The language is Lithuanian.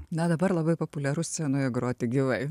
na dabar labai populiaru scenoje groti gyvai